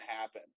happen